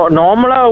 normal